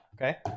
Okay